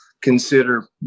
consider